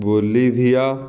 bolivia